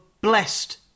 blessed